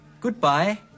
goodbye